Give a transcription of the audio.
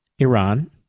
Iran